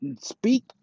Speak